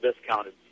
discounted